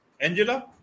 Angela